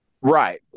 right